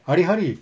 hari hari